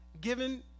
given